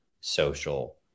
social